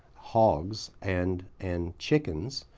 hogs, and and chickens.